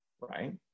Right